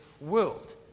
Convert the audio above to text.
world